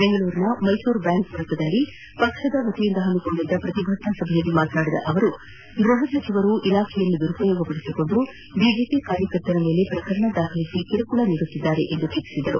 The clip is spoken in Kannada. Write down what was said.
ಬೆಂಗಳೂರಿನ ಮೈಸೂರು ಬ್ಯಾಂಕ್ ವೃತ್ತದಲ್ಲಿ ಪಕ್ಷದ ವತಿಯಿಂದ ಹಮ್ಮಿಕೊಂಡಿದ್ದ ಪ್ರತಿಭಟನಾ ಸಭೆಯಲ್ಲಿ ಮಾತನಾಡಿದ ಅವರು ಗೃಹಸಚಿವರು ಇಲಾಖೆಯನ್ನು ದುರುಪಯೋಗಪಡಿಸಿಕೊಂಡು ಬಿಜೆಪಿ ಕಾರ್ಯಕರ್ತರ ಮೇಲೆ ಪ್ರಕರಣ ದಾಖಲಿಸಿ ಕಿರುಕುಳ ನೀಡುತ್ತಿದ್ದಾರೆ ಎಂದು ಟೀಕಿಸಿದರು